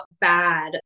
bad